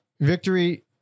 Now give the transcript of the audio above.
Victory